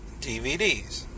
dvds